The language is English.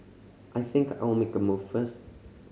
I think I'll make a move first